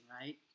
right